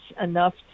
enough